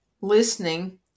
listening